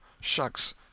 Shucks